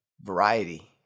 variety